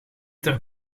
ter